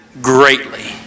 greatly